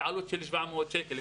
בעלות של 700 שקלים.